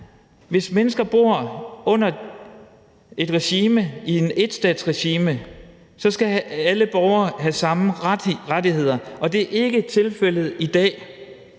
borgere, der bor under et regime i et énstatsregime, skal have samme rettigheder, og det er ikke tilfældet i dag.